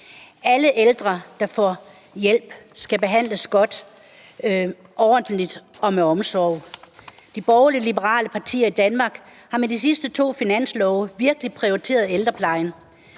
Alle ældre, der får hjælp, skal behandles godt, ordentligt og med omsorg. De borgerlig-liberale partier i Danmark har med de sidste to finanslove virkelig prioriteret ældreplejen.